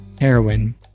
heroin